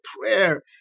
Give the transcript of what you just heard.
prayer